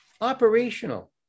operational